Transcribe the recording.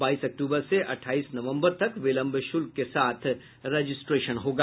बाईस अक्टूबर से अठाईस नवम्बर तक विलंब शुल्क के साथ रजिस्ट्रेशन होगा